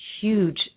huge